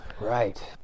Right